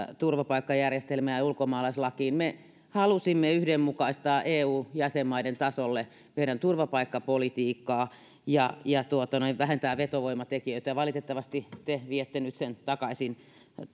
turvapaikkajärjestelmään ja ja ulkomaalaislakiin me halusimme yhdenmukaistaa eu jäsenmaiden tasolle meidän turvapaikkapolitiikkaa ja ja vähentää vetovoimatekijöitä ja valitettavasti te viette nyt sen takaisin